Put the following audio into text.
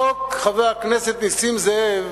החוק, חבר הכנסת נסים זאב,